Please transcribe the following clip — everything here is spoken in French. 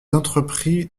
entreprit